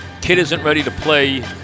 kid-isn't-ready-to-play